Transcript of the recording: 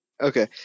okay